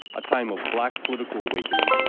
a time of black political awakening,